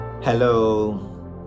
Hello